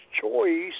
choice